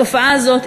התופעה הזאת,